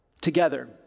Together